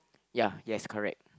ya yes correct